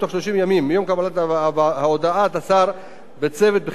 הודעת השר צוות בחירות לביצוע הבחירות.